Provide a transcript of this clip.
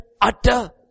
utter